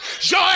Joy